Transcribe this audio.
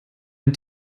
ein